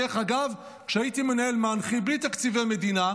דרך אגב, כשהייתי מנהל מנח"י, בלי תקציבי מדינה,